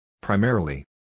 Primarily